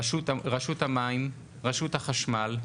רשות המים, רשות החשמל,